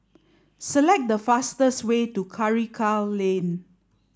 select the fastest way to Karikal Lane